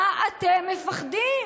מה אתם מפחדים?